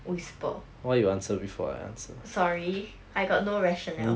whisper sorry I got no rational